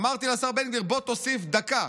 אמרתי לשר בן גביר: בוא תוסיף דקה,